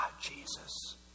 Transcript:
Jesus